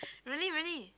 really really